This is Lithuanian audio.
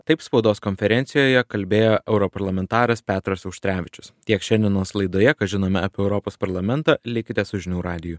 taip spaudos konferencijoje kalbėjo europarlamentaras petras auštrevičius tiek šiandienos laidoje ką žinome apie europos parlamentą likite su žinių radiju